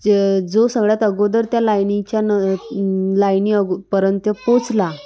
ज जो सगळ्यात अगोदर त्या लाईनीच्या न लाईनी अगोपर्यंत पोचला